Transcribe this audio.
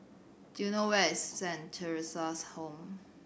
do you know where is Saint Theresa's Home